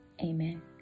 Amen